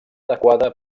adequada